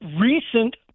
recent